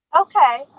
Okay